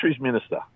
minister